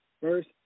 first